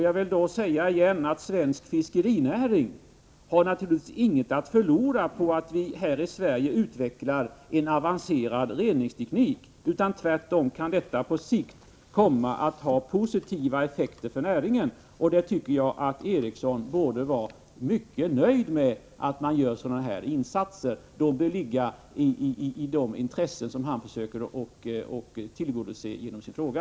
Jag vill på nytt säga att svensk fiskerinäring naturligtvis inte har någonting att förlora på att vi här i Sverige utvecklar en avancerad reningsteknik. Tvärtom kan detta på sikt komma att ha positiva effekter för näringen. Jag tycker att herr Eriksson borde vara mycket nöjd med att man gör Tr sådana här insatser. Det borde ligga i deras intresse som han försöker tillgodose genom sin fråga.